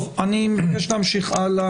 טוב, אני מבקש להמשיך הלאה.